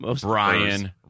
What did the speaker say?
Brian